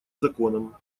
законом